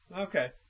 Okay